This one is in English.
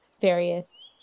various